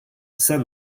ascend